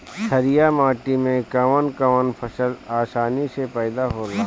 छारिया माटी मे कवन कवन फसल आसानी से पैदा होला?